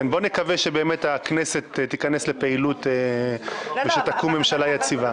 בואו נקווה שבאמת הכנסת תיכנס לפעילות ושתקום ממשלה יציבה.